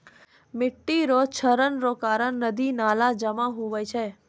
मिट्टी रो क्षरण रो कारण नदी नाला जाम हुवै छै